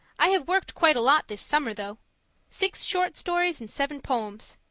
i have worked quite a lot this summer though six short stories and seven poems.